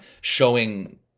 showing